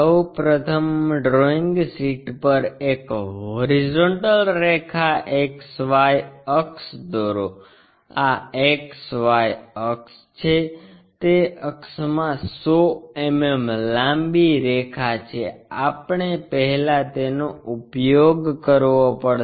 સૌ પ્રથમ drawing sheet પર એક હોરીઝોન્ટલ રેખા X Y અક્ષ દોરો આ XY અક્ષ છે તે અક્ષમાં 100 mm લાંબી રેખા છે આપણે પહેલા તેનો ઉપયોગ કરવો પડશે